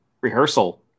rehearsal